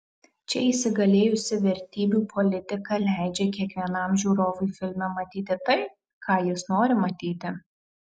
čia įsigalėjusi vertybių politika leidžia kiekvienam žiūrovui filme matyti tai ką jis nori matyti